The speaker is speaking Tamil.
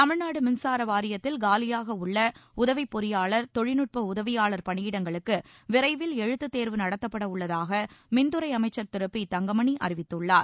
தமிழ்நாடு மின்சார வாரியத்தில் காலியாக உள்ள உதவிப்பொறியாளர் தொழில்நட்ப உதவியாளர் பணியிடங்களுக்கு விரைவில் எழுத்துத் தேர்வு நடத்தப்பட உள்ளதாக மின்துறை அமைச்சர் திரு பி தங்கமணி அறிவித்துள்ளார்